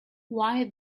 why